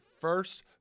first